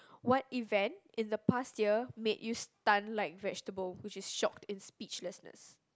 what event in the past year made you stun like vegetable which is shocked in speechlessness